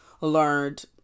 learned